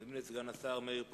אני מזמין את סגן השר מאיר פרוש.